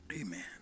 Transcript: Amen